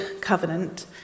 covenant